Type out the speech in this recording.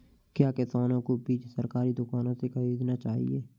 क्या किसानों को बीज सरकारी दुकानों से खरीदना चाहिए?